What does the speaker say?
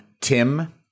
Tim